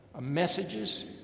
messages